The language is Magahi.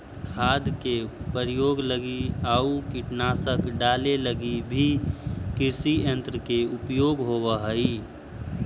खाद के प्रयोग लगी आउ कीटनाशक डाले लगी भी कृषियन्त्र के उपयोग होवऽ हई